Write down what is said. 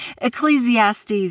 Ecclesiastes